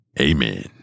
amen